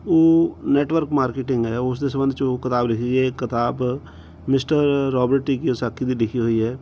ਉਹ network marketing ਹੈ ਉਸ ਦੇ ਸੰਬੰਧ 'ਚ ਉਹ ਕਿਤਾਬ ਲਿਖੀ ਗਈ ਹੈ ਇਹ ਕਿਤਾਬ ਮਿਸਟਰ ਰੋਬਟ ਕੇ ਸਾਖੀ 'ਤੇ ਲਿਖੀ ਹੋਈ ਹੈ